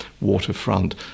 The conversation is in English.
waterfront